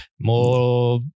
more